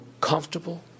comfortable